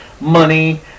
money